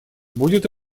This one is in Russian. будет